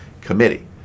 committee